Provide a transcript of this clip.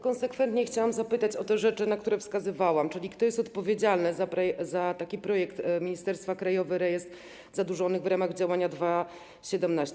Konsekwentnie chciałam zapytać o te rzeczy, na które wskazywałam, czyli kto jest odpowiedzialny za taki projekt ministerstwa Krajowy Rejestr Zadłużonych w ramach działania 2.17?